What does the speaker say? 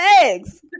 eggs